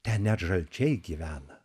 ten net žalčiai gyvena